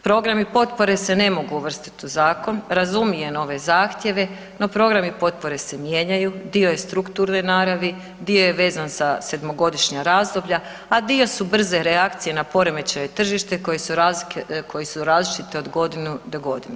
Programi potpore se ne mogu uvrstiti u zakon, razumijem ove zahtjeve, no potpore, potpore se mijenjaju, dio je strukturne naravi, dio je vezan za sedmogodišnja razdoblja, a dio su brze reakcije na poremećaj tržišta koji su različiti od godine do godine.